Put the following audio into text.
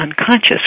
unconscious